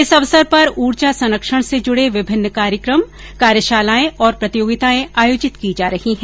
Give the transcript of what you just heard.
इस अवसर पर उर्जा संरक्षण से जुड़े विमिन्न कार्यक्रम कार्यशालाएं और प्रतियोगिताएं आयोजित की जा रही हैं